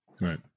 Right